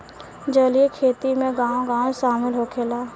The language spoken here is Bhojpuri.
जलीय खेती में गाँव गाँव शामिल होखेला